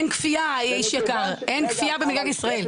אין כפייה במדינת ישראל,